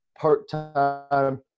part-time